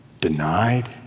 denied